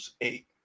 eight